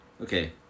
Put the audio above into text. Okay